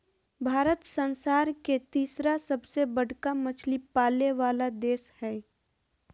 भारत संसार के तिसरा सबसे बडका मछली पाले वाला देश हइ